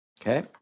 Okay